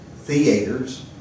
theaters